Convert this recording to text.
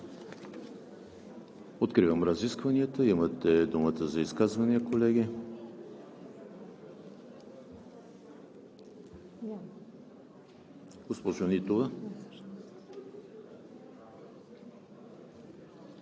Откривам разискванията. Имате думата за изказвания, колеги. Госпожо Нитова.